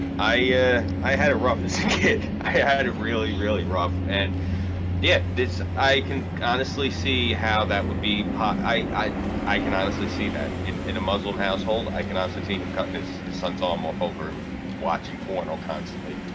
i i had a rough as a kid. i had really really rough and yeah, this i can honestly see how that would be i i can honestly see that in in a muslim household i can honestly see him cutting. it's his sons all more fokker. i'm watching pornos constantly.